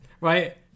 right